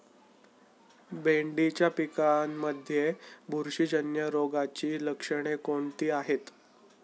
भेंडीच्या पिकांमध्ये बुरशीजन्य रोगाची लक्षणे कोणती आहेत?